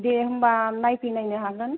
दे होमब्ला नायफैनायनो हागोन